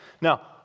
Now